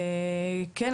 כן,